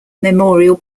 memorial